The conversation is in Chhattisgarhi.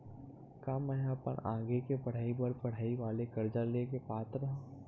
का मेंहा अपन आगे के पढई बर पढई वाले कर्जा ले के पात्र हव?